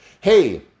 hey